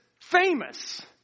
famous